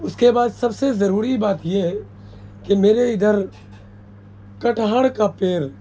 اس کے بعد سب سے ضروری بات یہ ہے کہ میرے ادھر کٹہر کا پیڑ